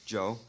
Joe